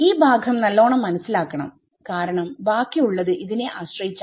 ഈ ഭാഗം നല്ലോണം മനസ്സിലാക്കണം കാരണം ബാക്കിയുള്ളത് ഇതിനെ ആശ്രയിച്ചാണ്